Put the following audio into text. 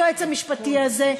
היועץ המשפטי הזה,